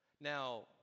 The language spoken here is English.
Now